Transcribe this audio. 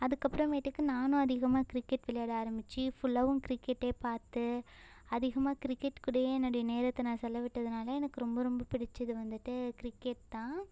அதுக்கப்புறமேட்டுக்கு நானும் அதிகமாக கிரிக்கெட் விளையாட ஆரம்மிச்சி ஃபுல்லாவும் கிரிக்கெட்டே பார்த்து அதிகமாக கிரிக்கெட் கூடவே என்னுடைய நேரத்தை நான் செலவிட்டதனால எனக்கு ரொம்ப ரொம்ப பிடிச்சது வந்துட்டு கிரிக்கெட் தான்